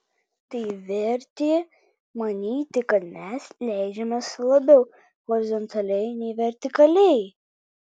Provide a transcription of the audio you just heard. tai vertė manyti kad mes leidžiamės labiau horizontaliai nei vertikaliai